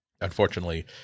Unfortunately